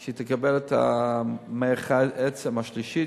שהיא תקבל את השתלת מח העצם השלישית